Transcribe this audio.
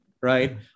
right